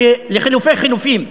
לחלופי חלופין.